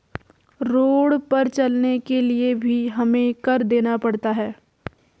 road पर चलने के लिए भी हमें कर देना पड़ता है